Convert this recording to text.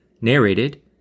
narrated